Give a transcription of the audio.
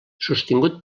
sostingut